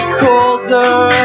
colder